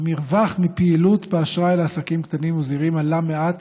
המרווח מפעילות באשראי לעסקים קטנים וזעירים עלה מעט,